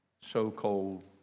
so-called